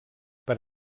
per